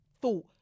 thought